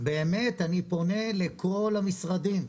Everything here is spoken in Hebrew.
באמת אני פונה לכל המשרדים: